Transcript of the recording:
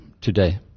today